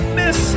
miss